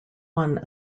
one